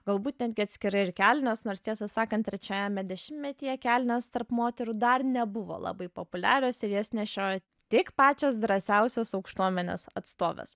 galbūt netgi atskirai ir kelnes nors tiesą sakant trečiajame dešimtmetyje kelnės tarp moterų dar nebuvo labai populiarios ir jas nešiojo tik pačios drąsiausios aukštuomenės atstovės